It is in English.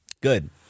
good